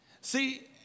See